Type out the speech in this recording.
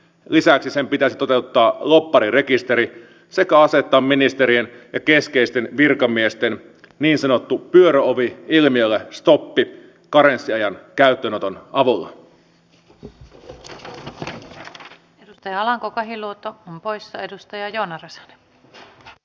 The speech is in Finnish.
lisäksi sen pitäisi toteuttaa lobbarirekisteri sekä asettaa ministerien ja keskeisten virkamiesten niin sanotulle pyöröovi ilmiölle stoppi karenssiajan käyttöönoton avulla ei tee alanko kahiluoto poista edustaja jaana räsänen s